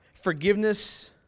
Forgiveness